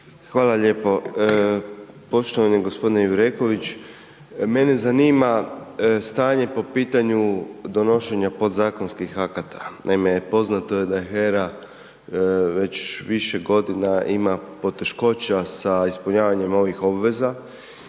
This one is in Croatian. Hvala lijepo. Poštovani gospodine Jureković mene zanima stanje po pitanju donošenja podzakonskih akata, naime poznato je da je HERA već više godina ima poteškoća sa ispunjavanjem ovih obveza